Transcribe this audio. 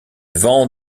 vent